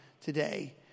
today